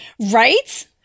Right